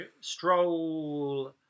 stroll